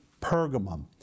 Pergamum